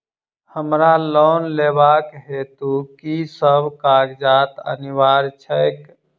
हमरा लोन लेबाक हेतु की सब कागजात अनिवार्य छैक?